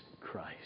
Christ